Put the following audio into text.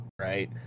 right